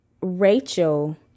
Rachel